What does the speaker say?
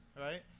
right